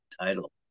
title